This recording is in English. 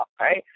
right